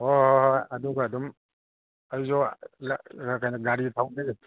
ꯍꯣꯏ ꯍꯣꯏ ꯍꯣꯏ ꯑꯗꯨꯒ ꯑꯗꯨꯝ ꯑꯗꯨꯁꯨ ꯀꯩꯅꯣ ꯒꯥꯔꯤ ꯊꯧꯕꯗꯤ